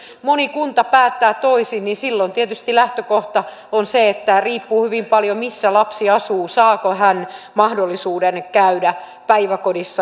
jos moni kunta päättää toisin niin silloin tietysti lähtökohta on se että riippuu hyvin paljon siitä missä lapsi asuu saako hän mahdollisuuden käydä päiväkodissa